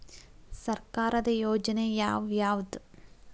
ಸರ್ಕಾರದ ಯೋಜನೆ ಯಾವ್ ಯಾವ್ದ್?